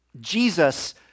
Jesus